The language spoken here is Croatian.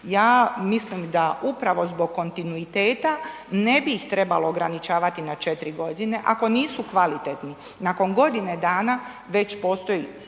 Ja mislim da upravo zbog kontinuiteta ne bi ih trebalo ograničavati na 4 godine, ako nisu kvalitetni nakon godine dana već postoji